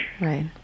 Right